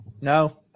No